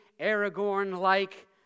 Aragorn-like